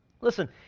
Listen